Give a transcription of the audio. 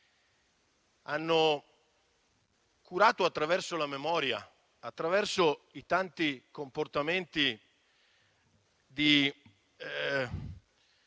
Hanno curato attraverso la memoria, attraverso i tanti comportamenti di